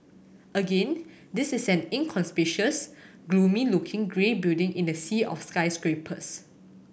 again this is an inconspicuous gloomy looking grey building in the sea of skyscrapers